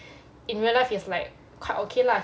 in real life he's like quite okay lah